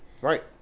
right